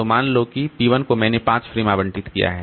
तो मान लो कि P 1 को मैंने 5 फ्रेम आवंटित किया है